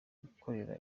gukorera